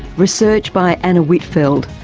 research by anna whitfeld,